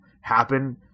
happen